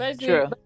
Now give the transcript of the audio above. True